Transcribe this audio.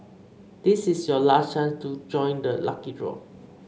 this is your last chance to join the lucky draw